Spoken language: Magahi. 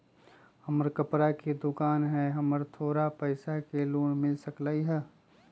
हमर कपड़ा के दुकान है हमरा थोड़ा पैसा के लोन मिल सकलई ह?